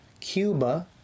Cuba